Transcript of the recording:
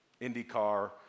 IndyCar